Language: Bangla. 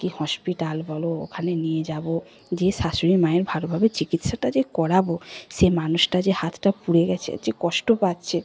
কী হসপিটাল বলো ওখানে নিয়ে যাব যেয়ে শাশুড়ি মায়ের ভালোভাবে চিকিৎসাটা যে করাব সে মানুষটা যে হাতটা পুড়ে গিয়েছে যে কষ্ট পাচ্ছে